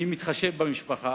אני מתחשב במשפחה,